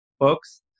books